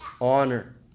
honor